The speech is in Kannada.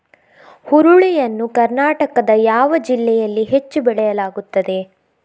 ಹುರುಳಿ ಯನ್ನು ಕರ್ನಾಟಕದ ಯಾವ ಜಿಲ್ಲೆಯಲ್ಲಿ ಹೆಚ್ಚು ಬೆಳೆಯಲಾಗುತ್ತದೆ?